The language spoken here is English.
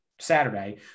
Saturday